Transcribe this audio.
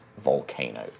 volcano